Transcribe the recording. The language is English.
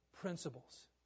principles